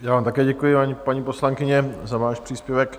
Já vám také děkuji, paní poslankyně, za váš příspěvek.